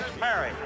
Mary